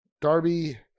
Darby